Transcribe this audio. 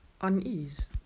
unease